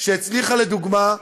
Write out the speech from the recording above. שהצליחה, לדוגמה,